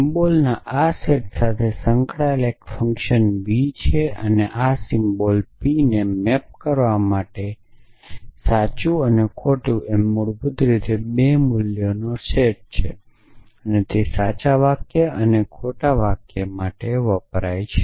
સિમ્બોલના આ સેટ સાથે સંકળાયેલ એક ફંક્શન V છે જે આ સિમ્બોલ P ને મૅપ કરવા માટે સાચું અને ખોટું એમ મૂળભૂત રીતે બે મૂલ્યનો સેટ છે અને તે સાચા વાક્યો અને ખોટા વાક્યો માટે વપરાય છે